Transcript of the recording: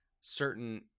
certain